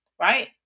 right